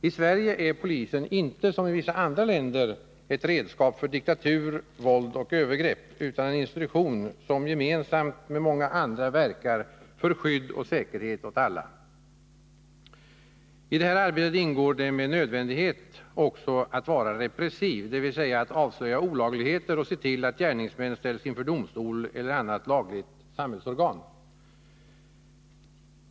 I Sverige är polisen inte, somi vissa andra länder, ett redskap för diktatur, våld och övergrepp, utan en institution som gemensamt med många andra verkar för skydd och säkerhet åt alla. I detta arbete ingår det med nödvändighet också att vara repressiv, dvs. att avslöja olagligheter och se till att gärningsmän ställs inför domstol eller annat lagligt samhällsorgan.